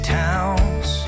towns